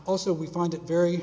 also we find it very